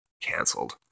cancelled